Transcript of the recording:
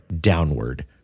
downward